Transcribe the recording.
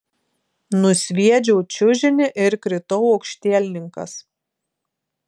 nusviedžiau čiužinį ir kritau aukštielninkas